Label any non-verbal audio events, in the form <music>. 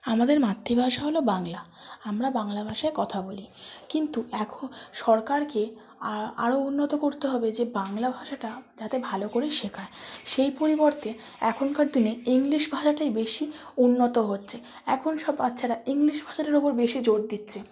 আমাদের মাতৃভাষা হল বাংলা আমরা বাংলা ভাষায় কথা বলি কিন্তু এখ <unintelligible> সরকারকে আরো উন্নত করতে হবে যে বাংলা ভাষাটা যাতে ভালো করে শেখায় সেই পরিবর্তে এখনকার দিনে ইংলিশ ভাষাটাই বেশি উন্নত হচ্ছে এখন সব বাচ্চারা ইংলিশ ভাষাটার উপর বেশি জোর দিচ্ছে